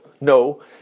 No